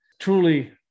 Truly